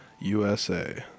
USA